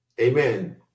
Amen